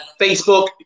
Facebook